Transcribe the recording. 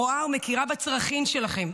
רואה ומכירה בצרכים שלכן,